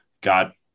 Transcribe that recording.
got